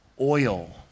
oil